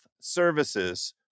Services